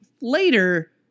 later